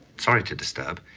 sorry to disturb,